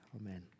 Amen